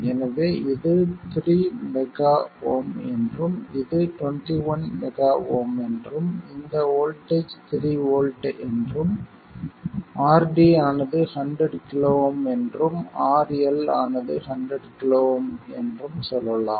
எனவே இது 3 MΩ என்றும் இது 21 MΩ என்றும் இந்த வோல்ட்டேஜ் 3 வோல்ட் என்றும் RD ஆனது 100 KΩ என்றும் RL ஆனது 100 KΩ என்றும் சொல்லலாம்